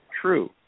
true